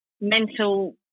mental